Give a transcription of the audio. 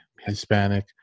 Hispanic